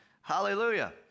Hallelujah